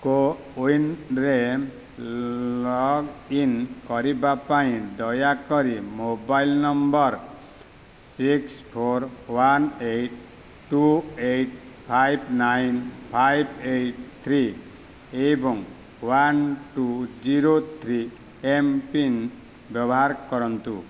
CoWIN ରେ login କରିବା ପାଇଁ ଦୟାକରି mobile number six four one eight two eight five nine five eight three ଏବଂ one two zero three M PIN ବ୍ୟବହାର କରନ୍ତୁ